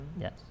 Yes